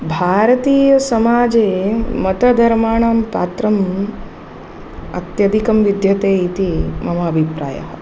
भारतीयसमाजे मतधर्माणां पात्रं अत्यधिकं विद्यते इति मम अभिप्रायः